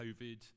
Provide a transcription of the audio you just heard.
covid